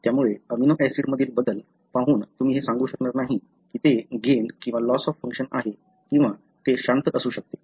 त्यामुळे amino acid मधील बदल पाहुन तुम्ही हे सांगू शकणार नाही की ते गेन किंवा लॉस ऑफ फंक्शन आहे किंवा ते शांत असू शकते